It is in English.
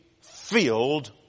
filled